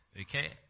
Okay